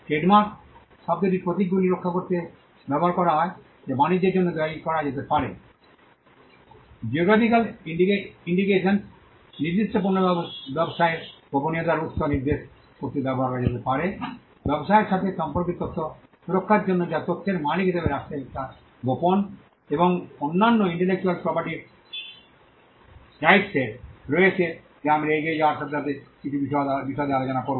trademark trademark শব্দের প্রতীকগুলিকে রক্ষা করতে ব্যবহার করা হয় যা বাণিজ্যের জন্য দায়ী করা যেতে পারে জিওগ্রাফিকাল ইন্ডিকেশন্স নির্দিষ্ট পণ্য ব্যবসায়ের গোপনীয়তার উত্স নির্দেশ করতে ব্যবহার করা যেতে পারে ব্যবসায়ের সাথে সম্পর্কিত তথ্য সুরক্ষার জন্য যা তথ্যের মালিক হিসাবে রাখতে চায় গোপন এবং অন্যান্য ইন্টেলেকচুয়াল প্রপার্টির রাইটস এর রয়েছে যা আমরা এগিয়ে যাওয়ার সাথে সাথে কিছু বিশদে আলোচনা করব